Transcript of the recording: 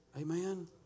Amen